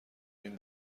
این